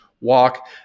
walk